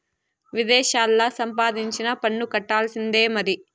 విదేశాల్లా సంపాదించినా పన్ను కట్టాల్సిందే మరి